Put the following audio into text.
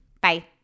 Bye